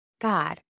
God